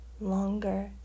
longer